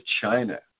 China